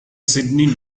sydney